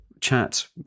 chat